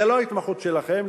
זה לא התמחות שלכם,